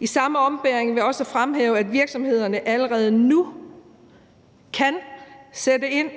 I samme ombæring vil jeg også fremhæve, at virksomhederne allerede nu kan sætte ind,